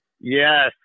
Yes